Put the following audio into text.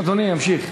אדוני ימשיך.